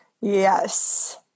Yes